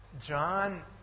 John